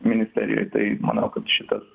ministerijoj tai manau kad šitas